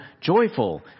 joyful